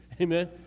Amen